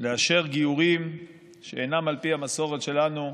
לאשר גיורים שאינם על פי המסורת שלנו,